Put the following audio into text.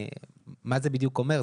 מה זה בדיוק אומר?